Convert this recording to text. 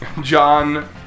John